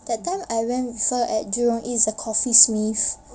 that time I went with her at jurong east the coffeesmith